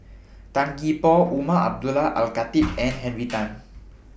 Tan Gee Paw Umar Abdullah Al Khatib and Henry Tan